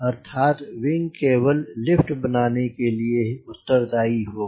अर्थात विंग केवल लिफ्ट बनाने के लिए उत्तरदायी होगा